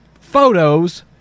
photos